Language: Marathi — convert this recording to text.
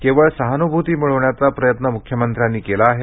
केवळ सहान्भूती मिळविण्याचा प्रयत्न मुख्यमंत्र्यांनी केला आहे